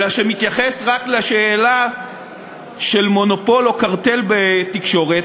אלא רק לשאלה של מונופול או קרטל בתקשורת,